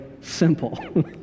simple